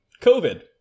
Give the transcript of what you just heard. COVID